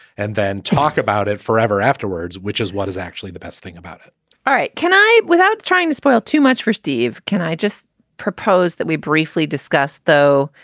and then talk about it forever afterwards, which is what is actually the best thing about it all right. can i. without trying to spoil too much for steve? can i just propose that we briefly discussed, though,